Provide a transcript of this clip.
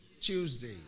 Tuesday